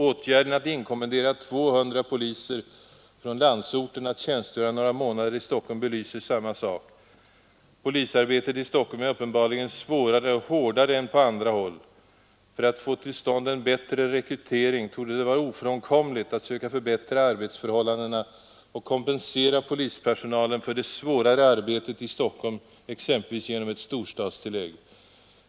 Åtgärden att inkommendera 200 poliser från landsorten att tjänstgöra några månader i Stockholm belyser samma sak. Polisarbetet i Stockholm är uppenbarligen svårare och hårdare än på andra håll. För att få till stånd en bättre rekrytering torde det vara ofrånkomligt att söka förbättra arbetsförhållandena och kompensera polispersonalen för det svårare arbetet i Stockholm exempelvis genom ett storstadstillägg.